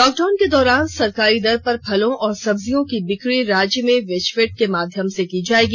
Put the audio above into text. lockdown के दौरान सरकारी दर पर फलों और सब्जियों की बिकी राज्य में वेजफेड के माध्यम से की जायेगी